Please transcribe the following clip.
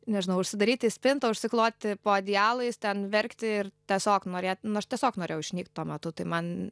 nežinau užsidaryt į spintą užsikloti po adialais ten verkti ir tiesiog norėt nu aš tiesiog norėjau išnykt tuo metu tai man